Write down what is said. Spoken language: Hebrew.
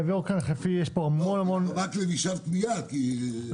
רק --- לא,